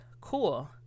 cool